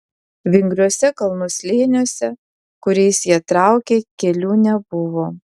vingriuose kalnų slėniuose kuriais jie traukė kelių nebuvo